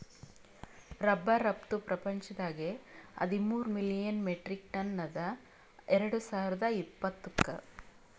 rubber ರಫ್ತು ಪ್ರಪಂಚದಾಗೆ ಹದಿಮೂರ್ ಮಿಲಿಯನ್ ಮೆಟ್ರಿಕ್ ಟನ್ ಅದ ಎರಡು ಸಾವಿರ್ದ ಇಪ್ಪತ್ತುಕ್